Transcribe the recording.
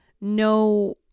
no